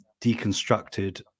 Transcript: deconstructed